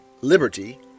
liberty